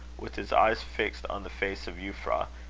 with his eyes fixed on the face of euphra,